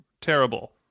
terrible